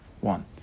one